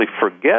forget